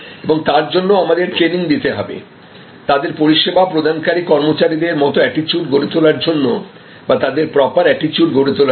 এবং তার জন্য আমাদের ট্রেনিং দিতে হবে তাদের পরিষেবা প্রদানকারী কর্মচারীদের মত অ্যাটিচিউড গড়ে তোলার জন্য বা তাদের প্রপার অ্যাটিচিউড গড়ে তোলার জন্য